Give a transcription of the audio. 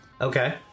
Okay